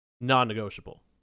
non-negotiable